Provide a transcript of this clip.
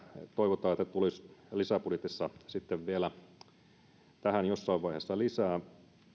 toivotaan että tulisi sitten lisäbudjetissa tähän vielä jossain vaiheessa lisää